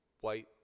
white